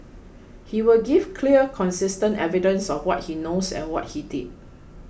he will give clear consistent evidence of what he knows and what he did